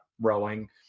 Rowing